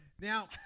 Now